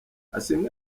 asiimwe